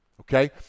Okay